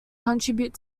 contribute